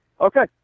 Okay